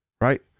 right